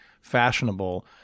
fashionable